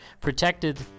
protected